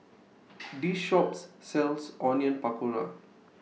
This Shop sells Onion Pakora